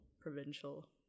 provincial